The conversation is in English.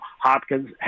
Hopkins